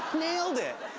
nailed it.